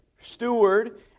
steward